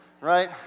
right